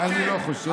אני לא חושב.